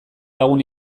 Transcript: lagun